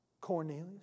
Cornelius